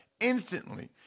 instantly